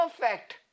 perfect